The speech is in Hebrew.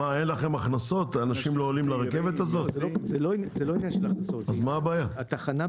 אין יותר רכבות אחרי 20:40. לאן?